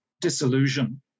disillusion